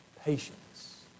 Patience